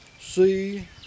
See